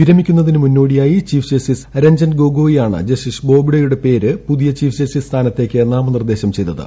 വിരമിക്കുന്നതിനു മുന്നോടിയായി chief justice Ranjan ഗൊഗോയിയാണ് justice ബോബ്ഡെയുടെ പേര് പുതിയ ചീഫ് ജസ്റ്റീസ് സ്ഥാനത്തേക്കു നാമനിർദേശം ചെയ്തത്